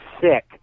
sick